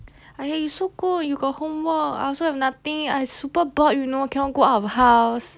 !aiya! you so good you got homework I also have nothing I super bored you know cannot go out of house